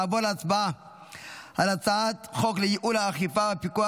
נעבור להצבעה על הצעת חוק לייעול האכיפה והפיקוח